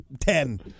ten